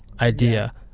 idea